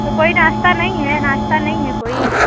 तो कोई नाश्ता नहीं है नाश्ता नहीं है कोई